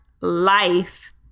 life